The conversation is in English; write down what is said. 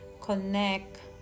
connect